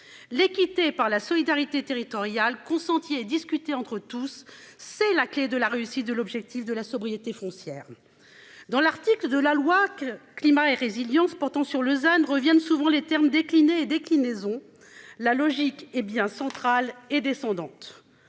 l'équité par la solidarité territoriale consenti et discuter entre tous, c'est la clé de la réussite de l'objectif de la sobriété foncière. Dans l'article de la loi. Climat et résilience portant sur le zone reviennent souvent les termes décliné déclinaison. La logique hé bien central et descendante.